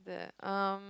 there um